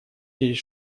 через